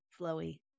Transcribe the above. flowy